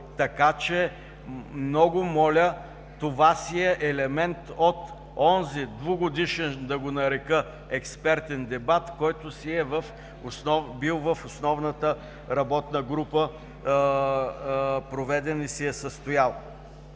Така че, много моля, това си е елемент от онзи двугодишен, да го нарека „експертен дебат“, който си е бил в основната работна група проведен и се е състоял.